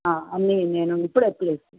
అన్నీ నేను ఇప్పుడే వచ్చి